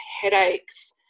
headaches